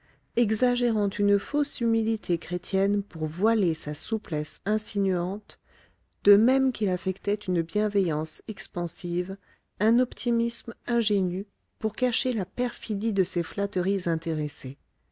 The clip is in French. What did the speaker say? exagérant une fausse humilité chrétienne pour voiler sa souplesse insinuante de même qu'il affectait une bienveillance expansive un optimisme ingénu pour cacher la perfidie de ses flatteries